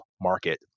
market